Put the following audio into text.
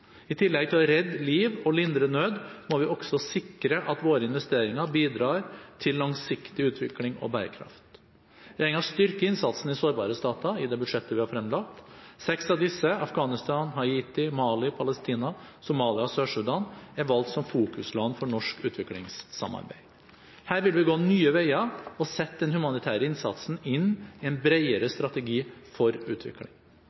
I tillegg til å redde liv og lindre nød må vi også sikre at våre investeringer bidrar til langsiktig utvikling og bærekraft. Regjeringen styrker innsatsen i sårbare stater i det budsjettet vi har fremlagt. Seks av disse – Afghanistan, Haiti, Mali, Palestina, Somalia og Sør-Sudan – er valgt som fokusland for norsk utviklingssamarbeid. Her vil vi gå nye veier og sette den humanitære innsatsen inn i en bredere strategi for utvikling.